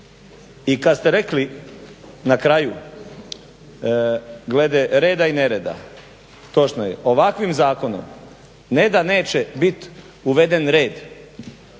I kad ste rekli na kraju glede reda i nereda točno je ovakvim zakonom ne da neće biti uveden red